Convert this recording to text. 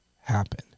happen